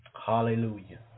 Hallelujah